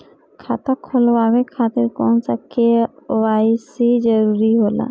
खाता खोलवाये खातिर कौन सा के.वाइ.सी जरूरी होला?